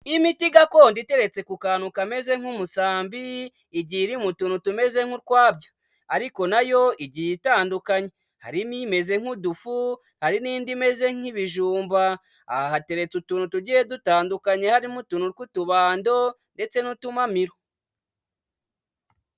Imiti gakondo iteretse ku kantu kameze nk'umusambi igiye iri mu tuntu tumeze nk'utwabya, ariko nayo igiye itandukanye, harimo imeze nk'udufu, hari n'indi imeze nk'ibijumba, aha hateretse utuntu tugiye dutandukanye harimo utuntu tw'utubando ndetse n'utumamiro.